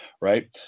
right